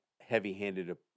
heavy-handed